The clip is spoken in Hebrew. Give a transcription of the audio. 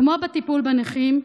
כמו בטיפול בנכים,